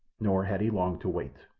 nor had he long to wait.